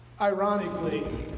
Ironically